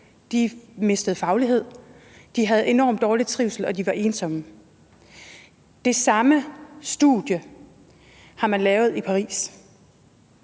De mistede faglighed, de havde enormt dårlig trivsel, og de var ensomme. Det samme studie har man lavet i Paris,